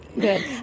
Good